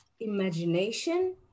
imagination